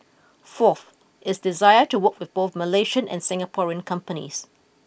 fourth it's desire to work with both Malaysian and Singaporean companies